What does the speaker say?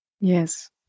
Yes